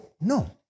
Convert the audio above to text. No